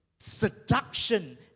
Seduction